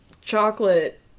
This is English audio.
chocolate